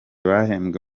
bahembwa